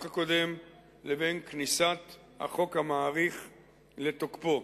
הקודם לבין כניסת החוק המאריך לתוקפו.